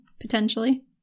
potentially